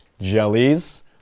jellies